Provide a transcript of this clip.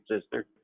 sister